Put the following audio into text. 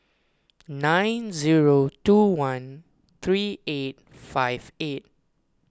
nine zero two one three eight five eight